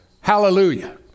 Hallelujah